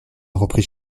reprise